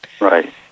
Right